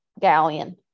Galleon